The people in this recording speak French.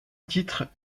titre